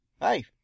hey